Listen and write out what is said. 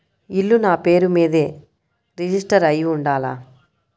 ఇల్లు నాపేరు మీదే రిజిస్టర్ అయ్యి ఉండాల?